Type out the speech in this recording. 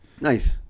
Nice